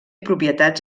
propietats